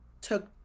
took